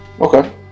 okay